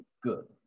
good